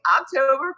October